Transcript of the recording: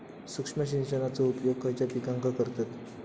सूक्ष्म सिंचनाचो उपयोग खयच्या पिकांका करतत?